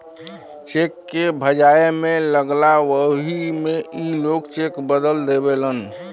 check के भजाए मे लगला वही मे ई लोग चेक बदल देवेलन